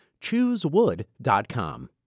Choosewood.com